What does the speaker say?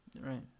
right